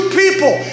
people